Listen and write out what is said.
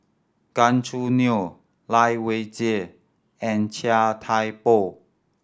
Gan Choo Neo Lai Weijie and Chia Thye Poh